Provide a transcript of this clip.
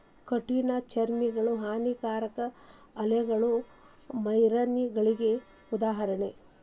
ಕಠಿಣ ಚರ್ಮಿಗಳು, ಹಾನಿಕಾರಕ ಆಲ್ಗೆಗಳು ಮರೈನಗಳಿಗೆ ಉದಾಹರಣೆ